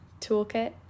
toolkit